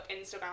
instagram